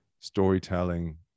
storytelling